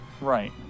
right